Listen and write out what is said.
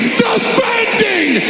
defending